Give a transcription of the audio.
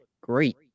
great